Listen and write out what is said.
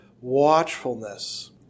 watchfulness